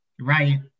right